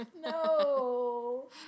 No